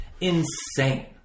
insane